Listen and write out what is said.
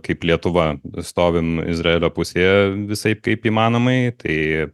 kaip lietuva stovim izraelio pusėje visaip kaip įmanomai tai